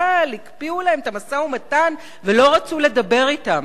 אבל הקפיאו להם את המשא-ומתן ולא רצו לדבר אתם.